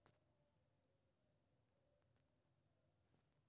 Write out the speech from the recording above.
UPI interface के माध्यम सं हैकर्स अहांक खाता सं पैसा निकालि सकैए